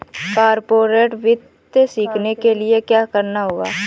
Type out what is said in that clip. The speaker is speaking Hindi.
कॉर्पोरेट वित्त सीखने के लिया क्या करना होगा